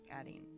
adding